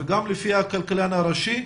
וגם של הכלכלן הראשי,